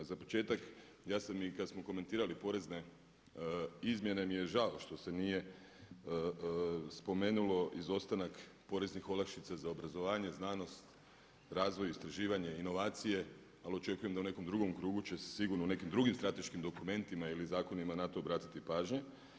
Za početak ja sam i kad smo komentirali porezne izmjene, mi je žao što se nije spomenulo izostanak porezni olakšica za obrazovanje, znanost, razvoj, istraživanje, inovacije ali očekujem da u nekom drugom krugu će se sigurno u nekim drugim strateškim dokumentima ili zakonima na to obratiti pažnja.